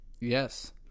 Yes